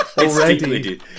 Already